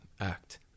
act